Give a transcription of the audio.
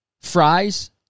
fries